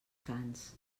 cants